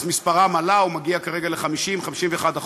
אז מספרם עלה, והוא מגיע כרגע ל-50%, 51%,